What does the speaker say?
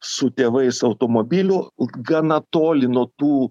su tėvais automobiliu gana toli nuo tų